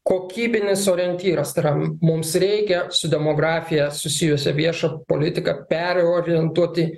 kokybinis orientyras tai yra mums reikia su demografija susijusią viešą politiką perorientuoti